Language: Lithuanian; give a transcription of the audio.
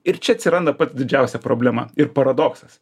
ir čia atsiranda pati didžiausia problema ir paradoksas